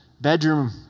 bedroom